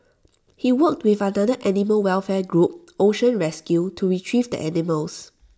he worked with another animal welfare group ocean rescue to Retrieve the animals